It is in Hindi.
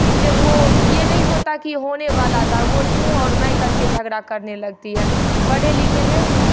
इसलिए वो ये नहीं सोचता कि होने वाला था वो तू और मैं कर के झगड़ा करने लगती है पढ़े लिखे में